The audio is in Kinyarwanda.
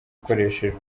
ukoresheje